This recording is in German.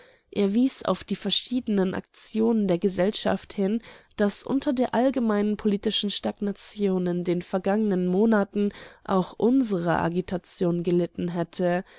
er wies auf die verschiedenen aktionen der gesellschaft hin daß unter der allgemeinen politischen stagnation in den vergangenen monaten auch unsere agitation gelitten hätte